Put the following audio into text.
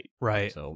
right